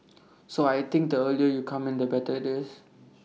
so I think the earlier you come in the better IT is